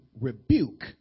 rebuke